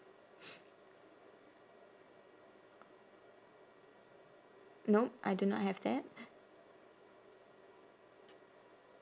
no I do not have that